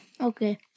Okay